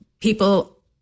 people